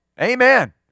Amen